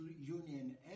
Union